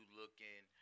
looking